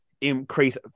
increase